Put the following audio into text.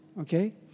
Okay